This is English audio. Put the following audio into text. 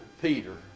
Peter